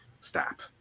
stop